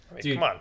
Dude